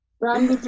Run